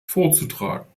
vorzutragen